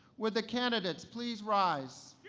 will the candidates please rise.